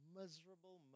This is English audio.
miserable